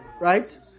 right